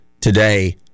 today